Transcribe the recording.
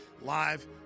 live